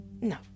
No